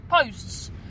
Posts